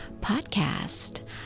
podcast